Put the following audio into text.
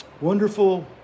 wonderful